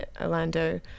Orlando